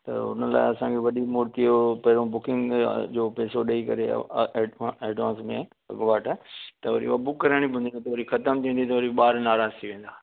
त हुन लाइ असांखे वॾी मूर्ती उहो पहिरों बुकिंग जो पेसो ॾेई करे ऐडवांस में अॻुवाट त वरी उहो बुक कराइणी पवंदी न त वरी खतमु थी वेंदी त वरी ॿार नाराज़ थी वेंदा